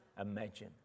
imagine